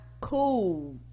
cool